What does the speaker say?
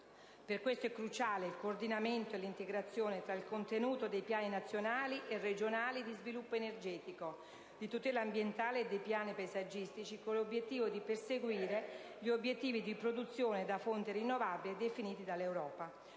Per questo è cruciale il coordinamento e l'integrazione tra il contenuto dei piani nazionali e regionali di sviluppo energetico, di tutela ambientale e dei piani paesaggistici, con il fine di perseguire gli obiettivi di produzione da fonte rinnovabile definiti dall'Europa.